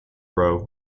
row